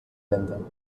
länder